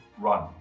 run